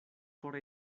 por